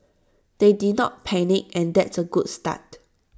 they did not panic and that's A good start